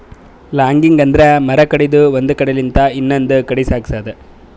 logging ಅಂದ್ರ ಮರ ಕಡದು ಒಂದ್ ಕಡಿಲಿಂತ್ ಇನ್ನೊಂದ್ ಕಡಿ ಸಾಗ್ಸದು